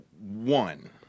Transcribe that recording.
one